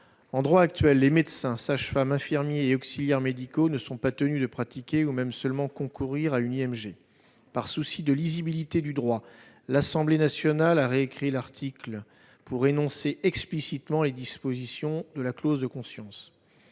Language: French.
En droit actuel, les médecins, sages-femmes, infirmiers et auxiliaires médicaux ne sont pas tenus de pratiquer une IMG, ou même seulement d'y concourir. Par souci de lisibilité du droit, l'Assemblée nationale a réécrit l'article pour énoncer explicitement les dispositions de la clause de conscience.